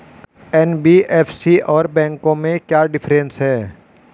NBFC और बैंकों में क्या डिफरेंस है?